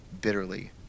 bitterly